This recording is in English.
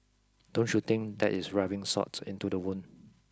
don't you think that is rubbing salt into the wound